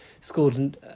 scored